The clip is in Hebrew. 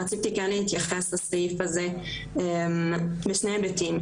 רציתי גם להתייחס הסעיף הזה בשני היבטים.